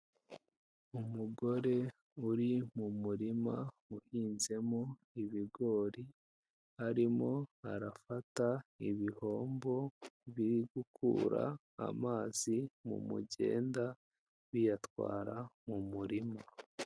Umugore uri mu murima uhinzemo ibigori, arimo arafata ibihombo biri gukura amazi mu mugenda biyatwara mu murima.